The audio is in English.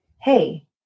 Hey